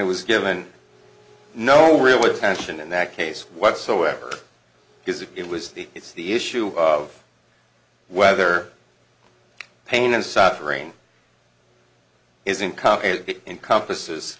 it was given no real extension in that case whatsoever because it was the it's the issue of whether pain and suffering is income it encompasses